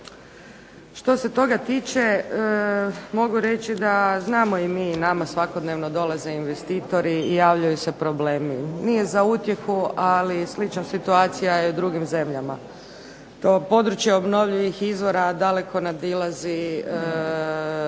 Što se toga tiče, mogu reći da znamo i mi, i nama svakodnevno dolaze investitori i javljaju se problemi. Nije za utjehu, ali slična situacija je i u drugim zemljama. To područje obnovljivih izvora daleko nadilazi